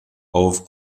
auf